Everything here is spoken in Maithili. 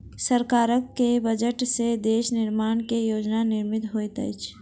सरकार के बजट से देश निर्माण के योजना निर्मित होइत अछि